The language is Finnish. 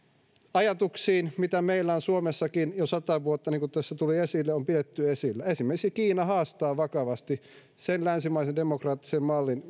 ajatuksiin mitä meillä suomessakin jo sata vuotta niin kuin tässä tuli esille on pidetty esillä esimerkiksi kiina haastaa vakavasti sen länsimaisen demokraattisen mallin